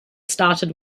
started